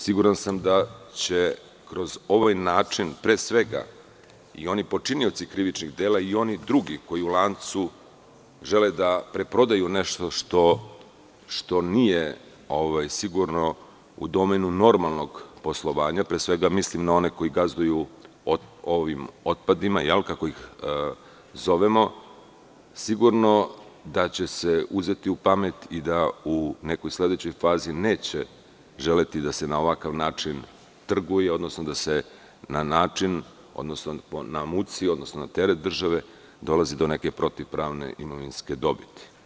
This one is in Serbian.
Siguran sam da će kroz ovaj način, pre svega i oni počinioci krivičnih dela i oni drugi, koji u lancu žele da preprodaju nešto što nije sigurno u domenu normalnog poslovanja, pre svega mislim na one koji gazduju ovim otpadima, kako ih zovemo, sigurno da će se uzeti u pamet i da u nekoj sledećoj fazi neće želeti da se ovakav način trguje, odnosno da se na teret države dolazi do neke protiv pravne imovinske dobiti.